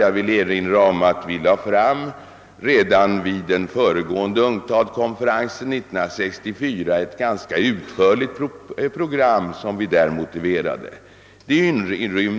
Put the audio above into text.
Jag vill erinra om att vi redan vid den föregående UNCTAD-konferensen 1964 lade fram ett ganska utförligt program, som vi också där motiverade.